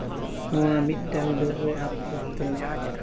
ᱱᱚᱣᱟ ᱢᱤᱫᱴᱟᱱ ᱰᱟᱹᱨ ᱨᱮ ᱟᱵ ᱠᱟᱛᱮᱫ